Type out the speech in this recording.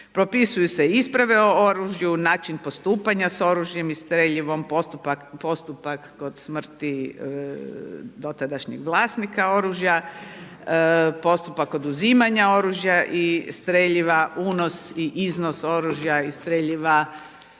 Propisuju se isprave o oružju, način postupanja s oružjem i streljivom, postupak kod smrti dotadašnjeg vlasnika oružja, postupak oduzimanja oružja i streljiva, unos i iznos oružja i streljiva